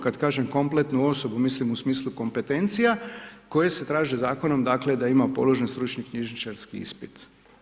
Kada kažem kompletnu osobu mislim u smislu kompetencija koje se traže zakonom dakle da ima položen stručni knjižničarski ispit.